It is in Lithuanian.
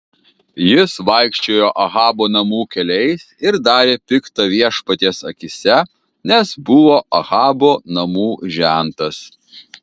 jis vaikščiojo ahabo namų keliais ir darė pikta viešpaties akyse nes buvo ahabo namų žentas